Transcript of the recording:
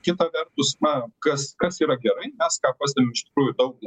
kita vertus na kas kas yra gerai mes ką pastebim iš tikrųjų daug